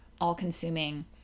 all-consuming